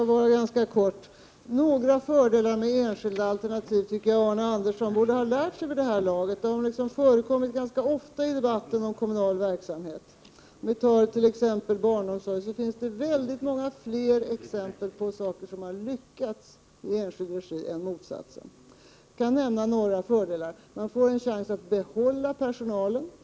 Herr talman! Några fördelar med enskilda alternativ tycker jag att Arne Andersson i Gamleby borde ha lärt sig vid det här laget. De förekommer ju ganska ofta i debatten om kommunal verksamhet. Inom t.ex. barnomsorgen finns det många fler exempel på saker som har lyckats i enskild regi än motsatsen. Jag kan nämna några fördelar. Man får en chans att behålla personalen.